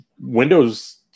Windows